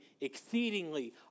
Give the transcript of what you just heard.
exceedingly